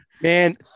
Man